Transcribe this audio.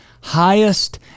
highest